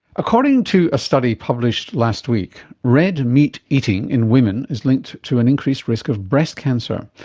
according to a study published last week, red meat eating in women is linked to an increased risk of breast cancer.